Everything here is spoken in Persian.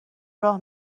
راه